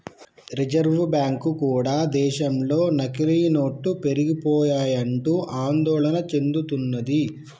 reserve bank కూడా దేశంలో నకిలీ నోట్లు పెరిగిపోయాయంటూ ఆందోళన చెందుతున్నది